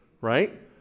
right